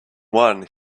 one